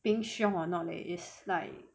being 凶 or not leh is like